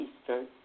Easter